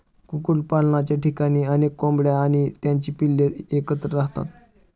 कुक्कुटपालनाच्या ठिकाणी अनेक कोंबड्या आणि त्यांची पिल्ले एकत्र राहतात